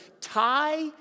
tie